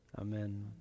Amen